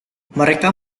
mereka